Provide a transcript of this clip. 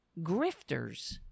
grifters